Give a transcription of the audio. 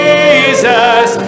Jesus